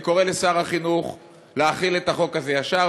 אני קורא לשר החינוך להחיל את החוק הזה ישר,